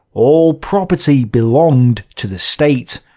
all property belonged to the state,